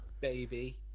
baby